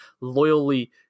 loyally